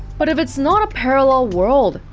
but if it's not a parallel world,